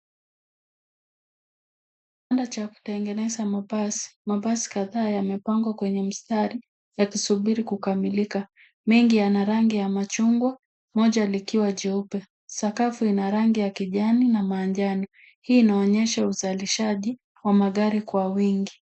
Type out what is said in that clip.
Kiwanda cha kutengeneza mabasi, mabasi kàdhaa yamepangwa kwenye mstari yakisubiri kukamilika mengi yana rangi ya machungwa moja likiwa jeupe. Sakafu ina rangi ya kijani na manjano hii inaonyésha uzalishaji wa magari kwa wingi.